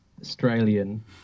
Australian